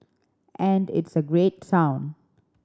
and it's a great